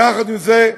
יחד עם זה,